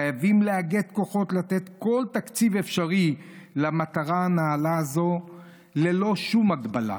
חייבים לאגד כוחות לתת כל תקציב אפשרי למטרה הנעלה הזו ללא שום הגבלה.